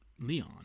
Leon